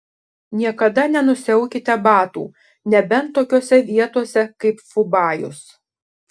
niekada nenusiaukite batų nebent tokiose vietose kaip fubajus